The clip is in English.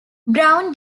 brown